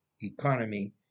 economy